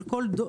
על כל,